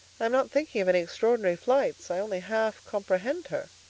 i'm not thinking of any extraordinary flights. i only half comprehend her.